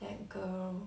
that girl